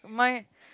my